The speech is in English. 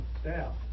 staff